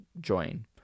join